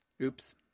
Oops